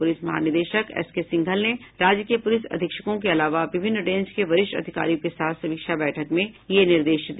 police महानिदेशक S K Singhal ने राज्य के पुलिस अधीक्षकों के अलावा विभिन्न रेंज के वरिष्ठ अधिकारियों के साथ समीक्षा बैठक में यह निर्देश दिया